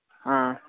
آ